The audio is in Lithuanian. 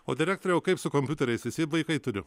o direktoriau kaip su kompiuteriais visi vaikai turi